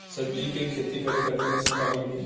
सब्जी के खेती करे खातिर मशीन कहवा मिली?